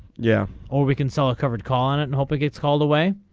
yeah or we can sell a covered call on and hope it gets called away.